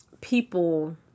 people